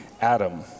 Adam